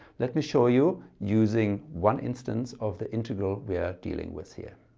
let me show you using one instance of the integral we are dealing with here.